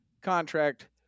contract